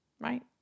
Right